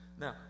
Now